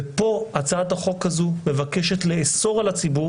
ופה הצעת החוק הזו מבקשת לאסור על הציבור